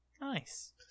Nice